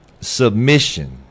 Submission